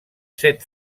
set